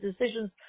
decisions